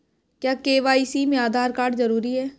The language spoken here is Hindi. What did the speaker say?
क्या के.वाई.सी में आधार कार्ड जरूरी है?